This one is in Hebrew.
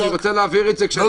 אני רוצה להעביר את זה --- לא.